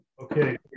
Okay